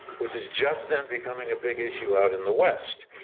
which is just then becoming a big issue out in the west.